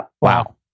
Wow